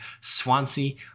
Swansea